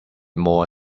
more